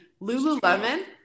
Lululemon